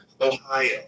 Ohio